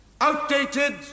outdated